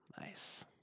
nice